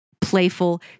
playful